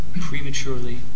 prematurely